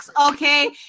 Okay